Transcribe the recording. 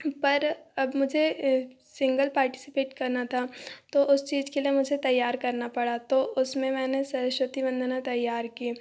पर अब मुझे सिंगल पार्टिसिपेट करना था तो उस चीज़ के लिए मुझे तैयार करना पड़ा तो उसमें मैंने सरस्वती वंदना तैयार की